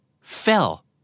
fell